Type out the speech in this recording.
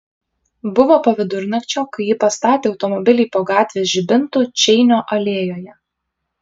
buvo po vidurnakčio kai ji pastatė automobilį po gatvės žibintu čeinio alėjoje